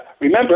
remember